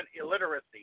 illiteracy